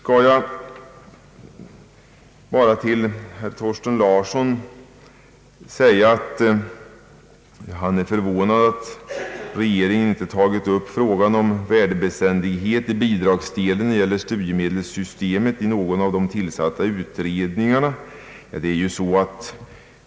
Herr Thorsten Larsson säger att han är förvånad över att regeringen inte i någon av de tillsatta utredningarna tagit upp frågan om värdebeständigheten i bidragen när det gäller studiemedelsystemet.